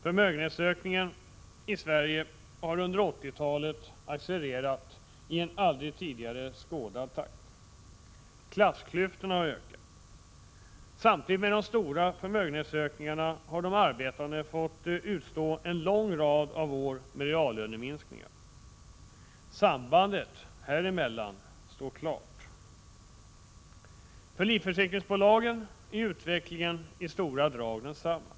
Förmögenhetsökningen i Sverige har under 1980-talet accelererat i en takt som aldrig tidigare. Klassklyftorna har ökat. Samtidigt med de stora förmögenhetsökningarna har de arbetande fått utstå en lång rad av år med reallöneminskningar. Sambandet häremellan står klart. För livförsäkringsbolagen är utvecklingen i stora drag densamma.